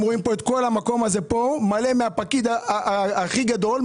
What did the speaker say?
רואים פה את כל המקום הזה פה מלא מהפקיד הכי גדול,